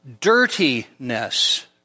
Dirtiness